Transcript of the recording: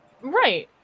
Right